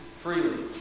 freely